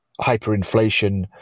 hyperinflation